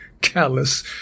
callous